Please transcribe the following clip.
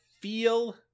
feel